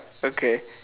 okay